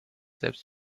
selbst